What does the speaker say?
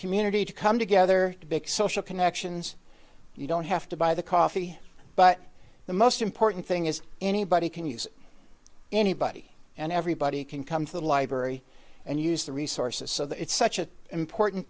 community to come together to big social connections you don't have to buy the coffee but the most important thing is anybody can use anybody and everybody can come to the library and use the resources so that it's such an important